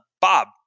Bob